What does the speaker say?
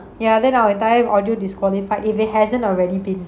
ya very loud then tell him our audio disqualified if it hasn't already been